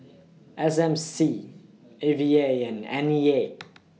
S M C A V A and N E A